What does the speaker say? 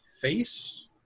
face